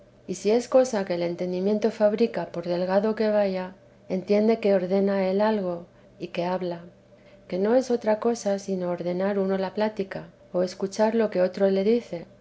y si es cosa que el entendimiento fabrica por delgado que vaya entiende que ordena él algo y que habla que no es otra cosa sino ordenar uno la plática o escuchar lo que otro le dice